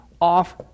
off